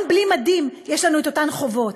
גם בלי מדים יש לנו את אותן החובות.